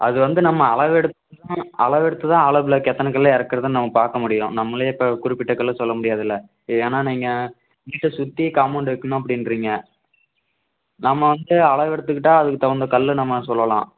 அது வந்து நம்ம அளவெடுத்துதான் அளவெடுத்துதான் ஆலோப்ளாக் எத்தனை கல்லு எறக்குறதுன்னு நம்ம பார்க்க முடியும் நம்மளே இப்போ குறிப்பிட்ட கல்லு சொல்ல முடியாதுல்ல ஏன்னா நீங்கள் வீட்டை சுற்றி காம்பவுண்ட் வைக்கணும் அப்படின்றீங்க நம்ம வந்து அளவு எடுத்துக்கிட்டால் அதுக்கு தகுந்த கல்லை நம்ம சொல்லலாம்